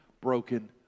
broken